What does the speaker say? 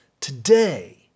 today